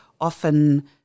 Often